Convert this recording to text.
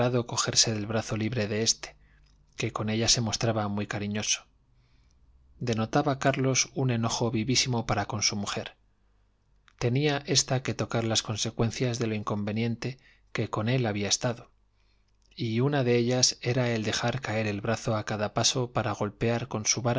cogerse del brazo libre de éste que con ella se mostraba muy cariñoso denotaba carlos un enojo vivísimo para con su mujer tenía ésta que tocar las consecuencias de lo inconveniente que con él había estado y una de ellas era el dejar caer el brazo a cada paso para golpear con su